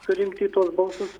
surinkti tuos balsus